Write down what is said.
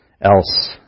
else